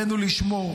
עלינו לשמור,